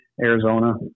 Arizona